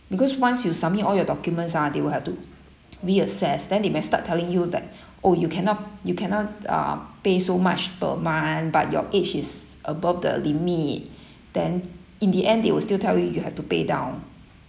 because once you submit all your documents ah they will have to reassess then they might start telling you that oh you cannot you cannot uh pay so much per month but your age is above the limit then in the end they will still tell you you have to pay down